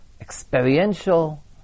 experiential